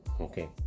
Okay